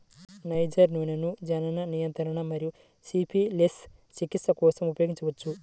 niger నూనెను జనన నియంత్రణ మరియు సిఫిలిస్ చికిత్స కోసం ఉపయోగించవచ్చు